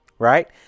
Right